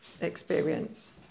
experience